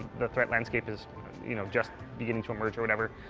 the threat landscape is you know just beginning to emerge or whatever.